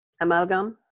amalgam